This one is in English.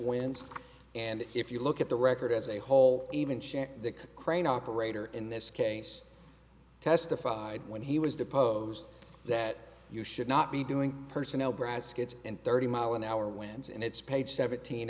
winds and if you look at the record as a whole even checked the crane operator in this case testified when he was deposed that you should not be doing personnel braz skits and thirty mile an hour winds and it's page seventeen